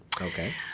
Okay